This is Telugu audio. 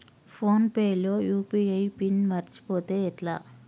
ఫోన్ పే లో యూ.పీ.ఐ పిన్ మరచిపోతే ఎట్లా?